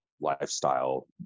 lifestyle